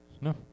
No